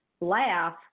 laugh